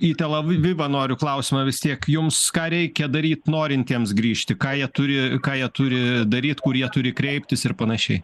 į tel avivą noriu klausimą vis tiek jums ką reikia daryt norintiems grįžti ką jie turi ką jie turi daryt kur jie turi kreiptis ir panašiai